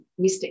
Mr